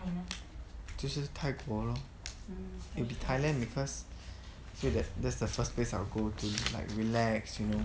就是泰国 lor it'll be thailand because so that there's the first place I will go to like relax you know